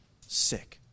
sick